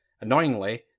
Annoyingly